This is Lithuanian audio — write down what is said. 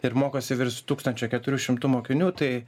ir mokosi virs tūkstančio keturių šimtų mokinių tai